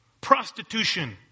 Prostitution